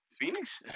Phoenix